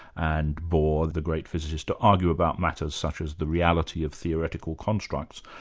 and bohr, the great physicist, argue about matters such as the reality of theoretical constructs.